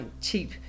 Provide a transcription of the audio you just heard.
cheap